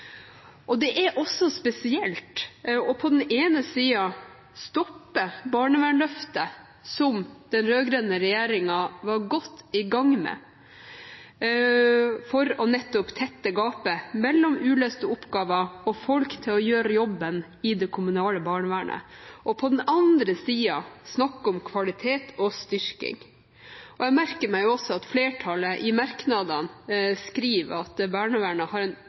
feilslått. Det er også spesielt på den ene siden å stoppe barnevernsløftet som den rød-grønne regjeringen var godt i gang med for nettopp å tette gapet mellom uløste oppgaver og folk til å gjøre jobben i det kommunale barnevernet, og på den andre siden snakke om kvalitet og styrking. Jeg merker meg også at flertallet i merknadene skriver at barnevernet har